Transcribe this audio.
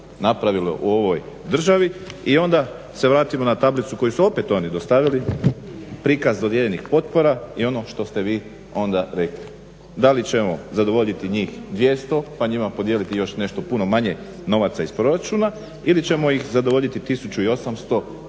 napravilo u ovoj državi i onda se vratimo na tablicu koju su opet oni dostavili, prikaz dodijeljenih potpora i ono što ste vi onda rekli. Da li ćemo zadovoljiti njih 200, pa njima podijeliti još nešto puno manje novaca iz proračuna ili ćemo ih zadovoljiti 1800